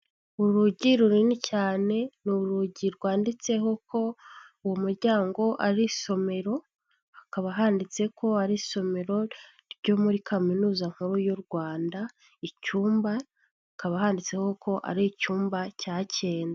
Urugi runini cyane, ni urugi rwanditseho ko uwo muryango ari isomero, hakaba handitse ko ari isomero ryo muri Kaminuza nkuru y'u Rwanda, icyumba, hakaba handitseho ko ari icyumba cya cyenda.